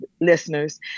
listeners